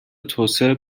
توسعه